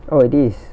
oh it is